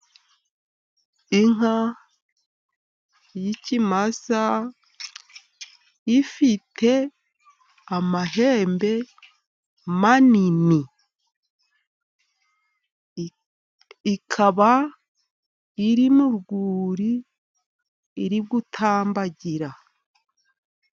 Inka y'ikimasa ifite amahembe manini. Ikaba iri mu rwuri iri gutambagira.